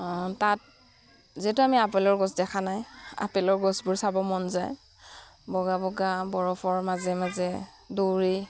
তাত যিহেতু আমি আপেলৰ গছ দেখা নাই আপেলৰ গছবোৰ চাব মন যায় বগা বগা বৰফৰ মাজে মাজে দৌৰি